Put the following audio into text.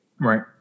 Right